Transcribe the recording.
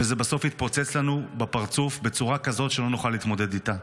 וזה בסוף יתפוצץ לנו בפרצוף בצורה כזאת שלא נוכל להתמודד איתה.